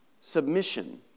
submission